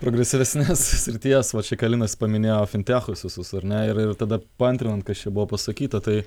progresyvesnės srities va čia ką linas paminėjo fintechus visus ar ne ir ir tada paantrinant kas čia buvo pasakyta tai